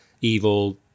evil